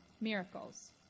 miracles